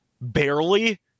barely